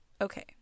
okay